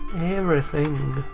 everything.